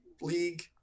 league